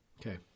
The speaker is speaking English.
Okay